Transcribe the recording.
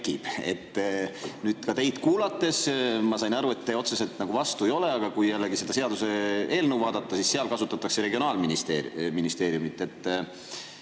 [tuleb]. Teid kuulates ma sain aru, et teie otseselt vastu ei ole, aga kui jällegi seda seaduseelnõu vaadata, siis seal kasutatakse regionaalministeeriumi